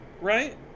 right